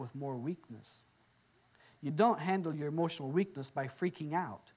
with more weakness you don't handle your emotional weakness by freaking out